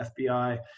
FBI